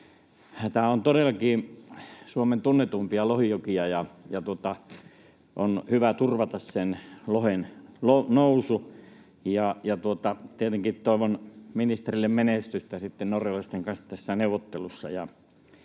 Tämä on todellakin Suomen tunnetuimpia lohijokia, ja on hyvä turvata lohen nousu. Tietenkin toivon ministerille menestystä tässä neuvottelussa